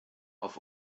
auf